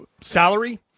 salary